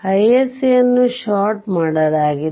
iSC ಅನ್ನು short ಮಾಡಲಾಗಿದೆ